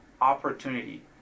opportunity